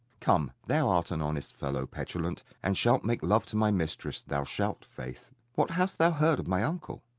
come, thou art an honest fellow, petulant, and shalt make love to my mistress, thou shalt, faith. what hast thou heard of my uncle?